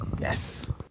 Yes